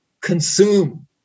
consume